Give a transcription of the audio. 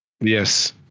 Yes